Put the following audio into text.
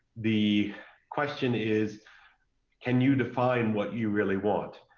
the question is can you define what you really want?